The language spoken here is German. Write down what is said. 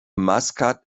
maskat